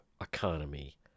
economy